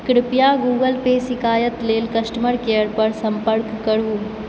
कृपया Google Pay शिकायत लेल कस्टमर केयर पर सम्पर्क करू